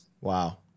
Wow